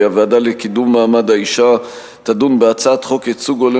כי הוועדה לקידום מעמד האשה תדון בהצעת חוק ייצוג הולם